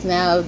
Now